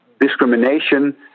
discrimination